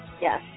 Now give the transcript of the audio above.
Yes